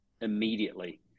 immediately